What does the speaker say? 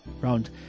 Round